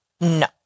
No